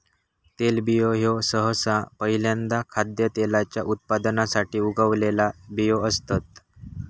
तेलबियो ह्यो सहसा पहील्यांदा खाद्यतेलाच्या उत्पादनासाठी उगवलेला बियो असतत